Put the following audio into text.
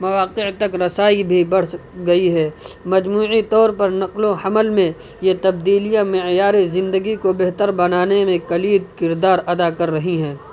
مواقع تک رسائی بھی بڑھ گئی ہے مجموعی طور پر نقل و حمل میں یہ تبدیلیاں معیار زندگی کو بہتر بنانے میں کلید کردار ادا کر رہی ہیں